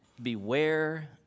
Beware